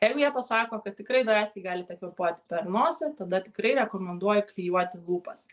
jeigu jie pasako kad tikrai drąsiai galite kvėpuoti per nosį tada tikrai rekomenduoju klijuoti lūpas